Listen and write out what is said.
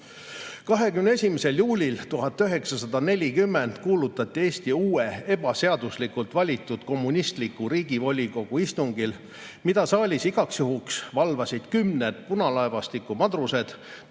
21. juulil 1940 kuulutati Eesti uue ebaseaduslikult valitud kommunistliku Riigivolikogu istungil, mida saalis igaks juhuks valvasid kümned punalaevastiku madrused,